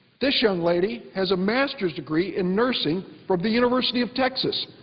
this young lady has a master's degree in nursing from the university of texas.